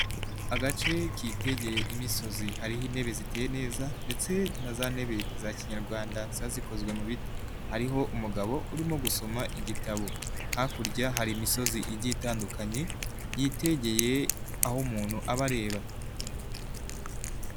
Agace kitegeye imisozi hariho intebe ziteye neza, ndetse na za ntebe za kinyarwanda ziba zikozwe mu biti. Hariho umugabo urimo gusoma igitabo. Hakurya hari imisozi igiye itandukanye, yitegeye aho umuntu aba areba.